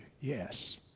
Yes